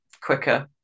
quicker